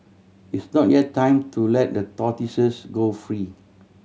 it's not yet time to let the tortoises go free